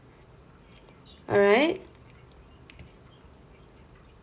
alright